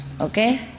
okay